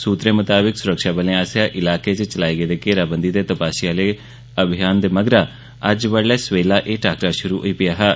सुत्रें मुजब सुरक्षाबलें आसेआ इलाके च चलाए गेदे घेराबंदी ते तपाशी आह्ले अभियान दे मगरा अज्ज बड्डलै सवेले एह टाक्करा शुरु होआ हा